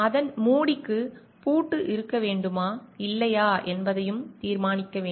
அதன் மூடிக்கு பூட்டு இருக்க வேண்டுமா இல்லையா என்று தீர்மானிக்க வேண்டும்